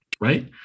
right